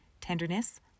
tenderness